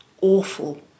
awful